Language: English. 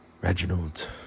Reginald